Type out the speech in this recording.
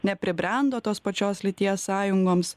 nepribrendo tos pačios lyties sąjungoms